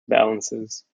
balances